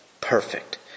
perfect